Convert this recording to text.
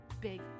big